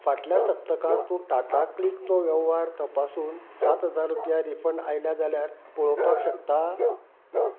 फाटल्या सप्तकांत तूं टाटाक्लिकचो वेव्हार तपासून सात हजोर रुपया रिफंड आयल्या जाल्यार पळोवपाक शकता